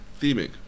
theming